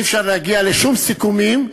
אי-אפשר להגיע לשום סיכומים.